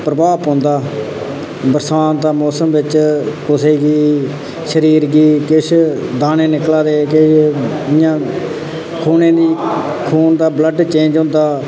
प्रभाऽ पौंदा बरसांत दा मौसम बिच कुसै गी शरीर गी किश दाने निकला दे केइयें इ'यां खूनै दी खून दा ब्लड चेंज होंदा